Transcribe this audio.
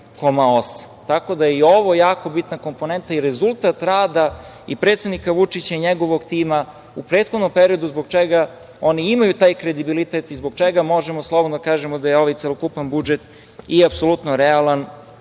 Tako da je i ovo jako bitna komponenta i rezultat rada i predsednika Vučića i njegovog tima u prethodnom periodu, zbog čega oni i imaju taj kredibilitet i zbog čega možemo slobodno da kažemo da je ovaj celokupan budžet apsolutno realan